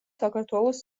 საქართველოს